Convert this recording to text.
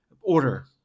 order